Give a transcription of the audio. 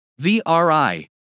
VRI